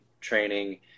training